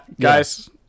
guys